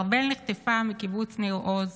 ארבל נחטפה מקיבוץ ניר עוז